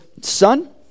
son